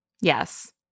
yes